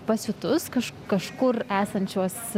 pasiūtus kaž kažkur esančios